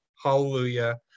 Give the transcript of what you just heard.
Hallelujah